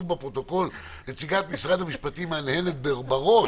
בפרוטוקול: נציגת משרד המשפטים מהנהנת בראש,